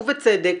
ובצדק,